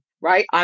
right